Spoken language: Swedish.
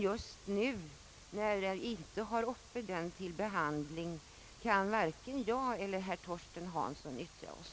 Just nu, när vi inte har den frågan uppe till behandling, kan varken jag eller herr Torsten Hansson yttra oss.